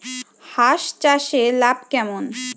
হাঁস চাষে লাভ কেমন?